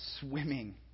swimming